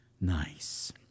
Nice